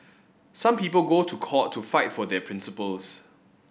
some people go to court to fight for their principles